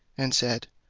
and said,